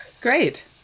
Great